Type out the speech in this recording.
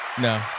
No